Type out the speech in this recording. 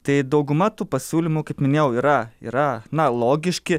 tai dauguma tų pasiūlymų kaip minėjau yra yra na logiški